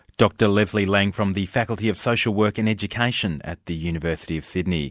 dr leslie laing from the faculty of social work and education at the university of sydney.